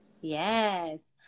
Yes